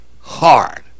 hard